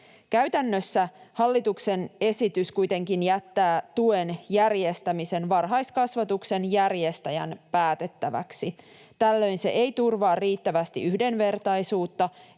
Käytännössä hallituksen esitys kuitenkin jättää tuen järjestämisen varhaiskasvatuksen järjestäjän päätettäväksi. Tällöin se ei turvaa riittävästi yhdenvertaisuutta